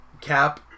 Cap